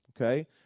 Okay